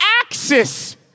axis